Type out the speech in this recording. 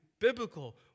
biblical